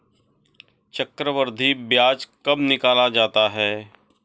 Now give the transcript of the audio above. चक्रवर्धी ब्याज कब निकाला जाता है?